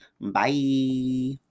Bye